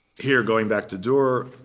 here, going back to durer,